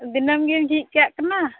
ᱫᱤᱱᱟᱹᱢ ᱜᱮᱢ ᱡᱷᱤᱡ ᱠᱟᱜ ᱠᱟᱱᱟ